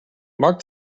mark